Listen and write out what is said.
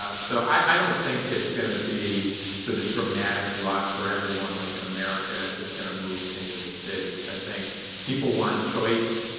ah so i don't think it's going to be through this dramatic rush where everyone like in america is going to move into the cities. i think people want choice,